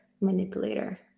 manipulator